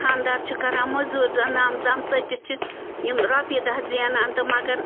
خاندار چھُ کَران مٔزوٗرۍ دۄہ نَم ژم ژٔٹِتھ چھِ یِم رۄپیہِ دَہ زینان تہٕ مگر